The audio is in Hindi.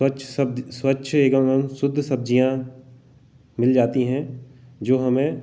स्वच्छ शब्द स्वच्छ एवं शुद्ध सब्जियाँ मिल जाती हैं जो हमें